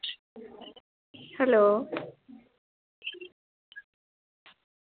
hello